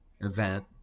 event